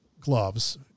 gloves